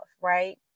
right